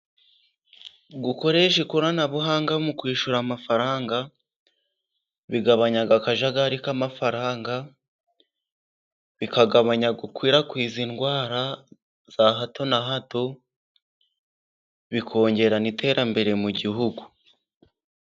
Gukoresha ikoranabuhanga mu kwishyura amafaranga, bigabanya akajagari k'amafaranga, bikagabanya gukwirakwiza indwara za hato na hato, bikongera n'iterambere mu gihugu.